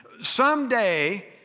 someday